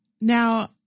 Now